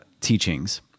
teachings